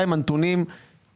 על דמי כרטיס,